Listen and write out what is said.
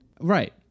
Right